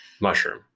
Mushroom